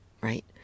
right